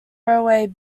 railway